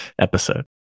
episode